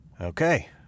Okay